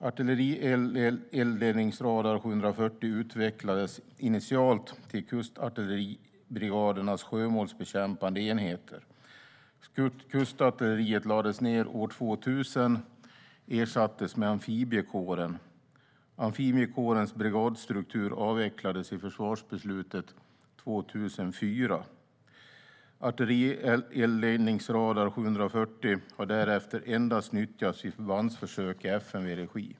Artillerieldledningsradar 740 utvecklades initialt till kustartilleribrigadernas sjömålsbekämpande enheter. Kustartilleriet lades ned år 2000 och ersattes med amfibiekåren. Amfibiekårens brigadstruktur avvecklades i försvarsbeslutet 2004. Artillerieldledningsradar 740 har därefter endast nyttjats vid förbandsförsök i FMV:s regi.